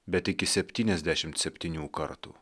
bet iki septyniasdešim septynių kartų